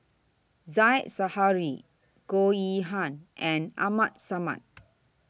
Said Zahari Goh Yihan and Abdul Samad